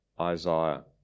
Isaiah